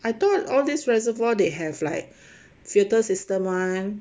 I thought all this reservoir they have like filter system [one]